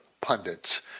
pundits